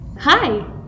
Hi